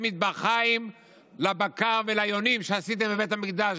מטבחיים לבקר וליונים שעשיתם בבית המקדש.